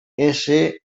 ésser